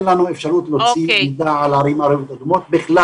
אפשרות להוציא מידע על ערים אדומות בכלל,